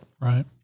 Right